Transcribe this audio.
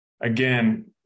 again